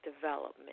development